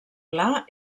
gla